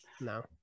no